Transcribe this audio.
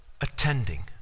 attending